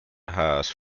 has